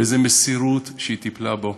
באיזו מסירות היא טיפלה בו,